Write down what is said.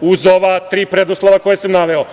uz ova tri preduslova koja sam naveo.